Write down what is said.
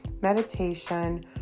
meditation